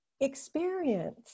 experience